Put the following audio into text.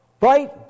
Right